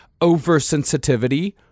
oversensitivity